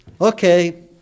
okay